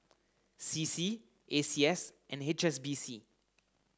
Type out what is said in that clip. C C A C S and H S B C